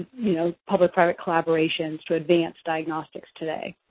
you know, public-private collaborations to advance diagnostics today.